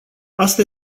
asta